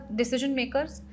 decision-makers